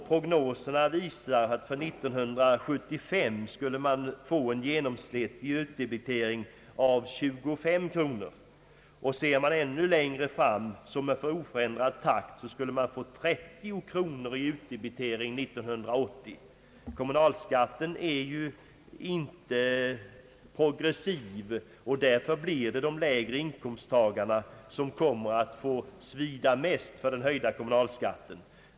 Prognoserna visar att den genomsnittliga utdebiteringen år 1975 skulle uppgå till 25 kronor. Om vi ser längre fram i tiden skulle med oförändrad takt utdebiteringen år 1980 utgöra 30 kronor. Kommunalskatten är ju inte progressiv, och därför blir det de lägre inkomsttagarna som kommer att få lida mest för den höjda kommunalskatten.